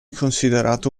considerato